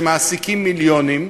שמעסיקים מיליונים,